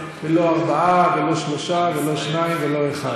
ולא ארבעה ולא שלושה ולא שניים ולא אחד.